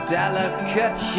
delicate